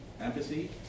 empathy